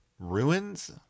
ruins